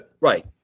Right